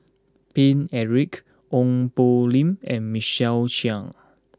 Paine Eric Ong Poh Lim and Michael Chiang